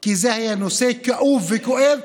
כי זה היה נושא כאוב וכואב,